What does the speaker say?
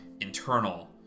internal